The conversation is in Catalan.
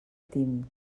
team